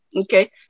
Okay